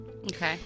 Okay